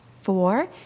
four